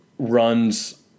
Runs